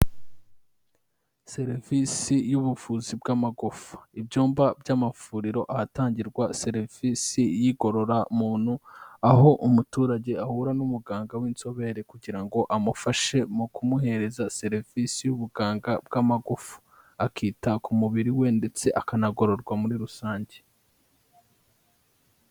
Serivisi y'ubuvuzi bw'amagufa. Ibyumba by'amavuriro ahatangirwa serivisi y'igororamuntu, aho umuturage ahura n'umuganga w'inzobere kugira ngo amufashe mu kumuhereza serivisi y'ubuganga bw'amagufu, akita ku mubiri we ndetse akanagororwa muri rusange.